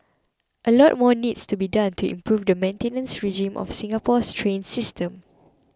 a lot more needs to be done to improve the maintenance regime of Singapore's train system